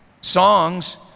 Songs